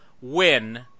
win